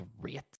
great